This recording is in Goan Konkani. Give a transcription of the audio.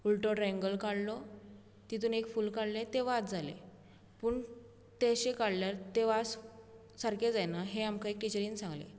उल्टो ट्राइऐंगगल काडलो तितून एक फूल काडले ते वाझ जाले पूण ते अशें काडल्यार ते वाझ सारके जायना हे आमकां एक टीचरीन सांगले